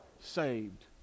saved